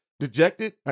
dejected